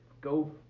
Go